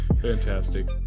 fantastic